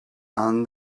and